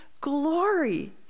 glory